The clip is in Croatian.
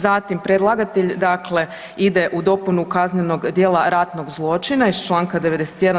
Zatim predlagatelj, dakle ide u dopunu kaznenog dijela ratnog zločina iz članka 91.